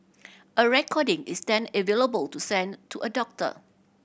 a recording is then available to send to a doctor